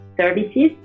services